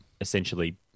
essentially